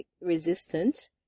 resistant